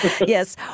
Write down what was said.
Yes